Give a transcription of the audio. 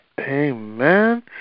Amen